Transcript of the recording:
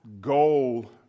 goal